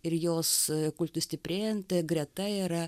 ir jos kultui stiprėjant greta yra